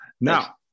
Now